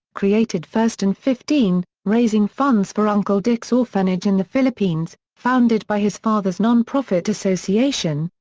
created first and fifteen, raising funds for uncle dick's orphanage in the philippines, founded by his father's nonprofit association,